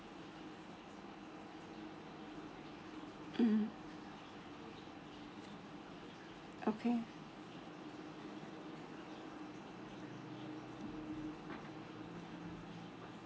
mm okay